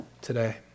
today